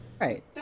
Right